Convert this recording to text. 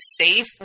safe